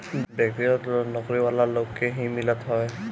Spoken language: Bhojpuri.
व्यक्तिगत लोन नौकरी वाला लोग के ही मिलत हवे